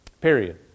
Period